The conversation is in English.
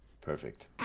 perfect